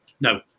No